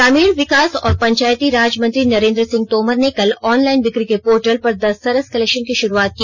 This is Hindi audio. ग्रामीण विकास और पंचायती राज मंत्री नरेन्द्र सिंह तोमर ने कल ऑनलाइन बिक्री के पोर्टल पर द सरस कलेक्शन की शुरूआत की